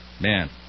Man